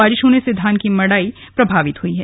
बारिश होने से धान की मढ़ाई प्रभावित हुई है